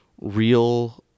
real